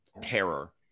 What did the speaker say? terror